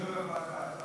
לוועדה.